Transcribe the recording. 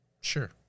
sure